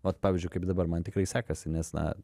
vat pavyzdžiui kaip dabar man tikrai sekasi nes na